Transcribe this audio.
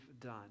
done